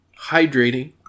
hydrating